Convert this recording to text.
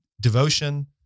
devotion